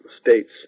states